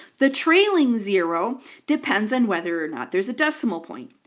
the trailing zero depends on whether or not there's a decimal point.